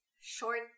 short